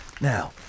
Now